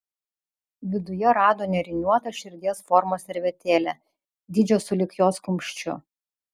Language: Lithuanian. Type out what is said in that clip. viduje rado nėriniuotą širdies formos servetėlę dydžio sulig jos kumščiu